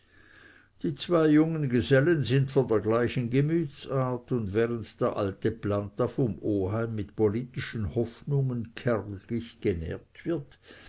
die zwei jungen gesellen sind von der gleichen gemütsart und während der alte planta vom oheim mit politischen hoffnungen kärglich genährt wird